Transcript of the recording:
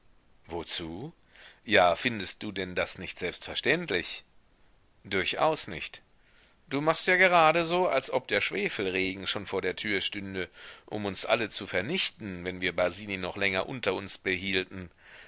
wozu ja findest du denn das nicht selbstverständlich durchaus nicht du machst ja gerade so als ob der schwefelregen schon vor der tür stünde um uns alle zu vernichten wenn wir basini noch länger unter uns behielten